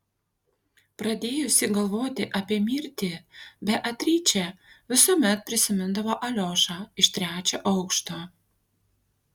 pradėjusi galvoti apie mirtį beatričė visuomet prisimindavo aliošą iš trečio aukšto